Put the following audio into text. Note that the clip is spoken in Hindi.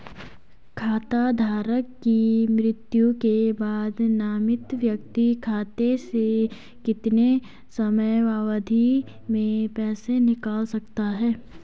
खाता धारक की मृत्यु के बाद नामित व्यक्ति खाते से कितने समयावधि में पैसे निकाल सकता है?